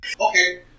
Okay